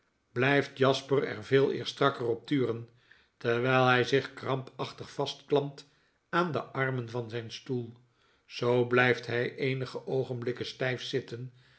wendbljjft jasper er veeleer strakker op turen terwyl hy zich krampachtig vastklampt aan de armen van zyn stoel zoo blyft by eenige oogenblikken sty f zitten